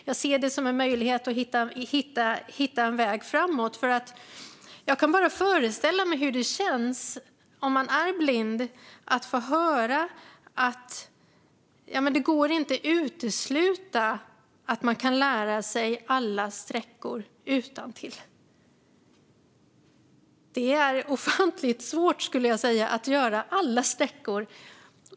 Jag ser det som en möjlighet att hitta en väg framåt. Jag kan bara föreställa mig hur det känns om man är blind att få höra att det inte går att utesluta att man kan lära sig alla sträckor utantill. Det är ofantligt svårt, skulle jag säga, att lära sig alla sträckor.